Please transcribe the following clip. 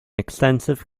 extensive